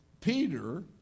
Peter